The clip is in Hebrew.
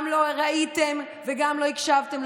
גם לא ראיתם וגם לא הקשבתם.